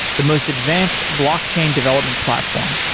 the most advanced blockchain development platform.